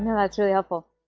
that's really helpful.